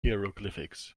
hieroglyphics